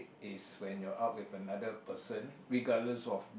is when you are out with another person regardless of